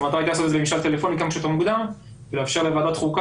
זאת אומרת לעשות משאל טלפוני כמה שיותר מוקדם ולאפשר לוועדת חוקה